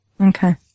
Okay